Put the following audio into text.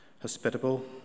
hospitable